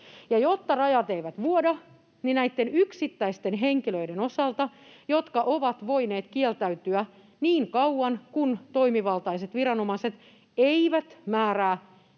jotta rajat eivät vuoda, niin tämä on mahdollista näitten yksittäisten henkilöiden osalta, jotka ovat voineet kieltäytyä niin kauan kuin toimivaltaiset viranomaiset eivät määrää